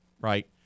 right